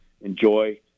enjoy